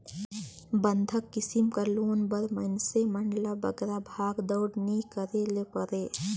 बंधक किसिम कर लोन बर मइनसे मन ल बगरा भागदउड़ नी करे ले परे